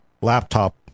laptop